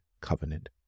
Covenant